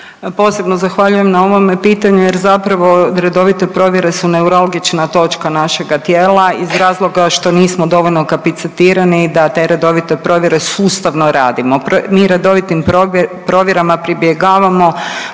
Posebno zahvaljujem na ovome pitanju jer zapravo redovite provjere su neuralgična točna našega tijela iz razloga što nismo dovoljno kapacitirani da te redovite provjere sustavno radimo. Mi redovitim provjerama pribjegavamo